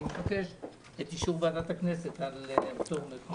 אני מבקש את אישור ועדת הכנסת לפטור מחובת הנחה.